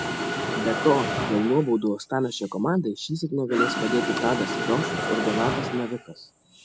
be to dėl nuobaudų uostamiesčio komandai šįsyk negalės padėti tadas eliošius ir donatas navikas